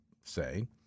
say